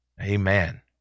Amen